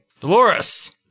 Dolores